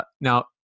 Now